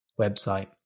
website